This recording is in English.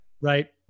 Right